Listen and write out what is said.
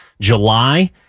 July